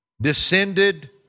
descended